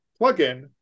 plugin